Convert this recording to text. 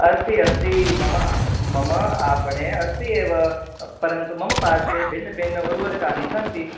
अस्ति अस्ति मम मम आपणे अस्ति एव परन्तु मम पार्श्वे भिन्न भिन्न उर्वरुकानि सन्ति